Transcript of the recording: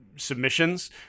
submissions